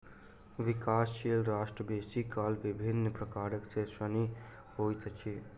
विकासशील राष्ट्र बेसी काल विभिन्न प्रकार सँ ऋणी होइत अछि